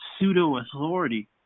pseudo-authority